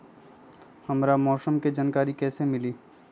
हमरा मौसम के जानकारी कैसी मिली?